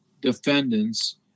defendants